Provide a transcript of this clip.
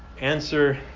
Answer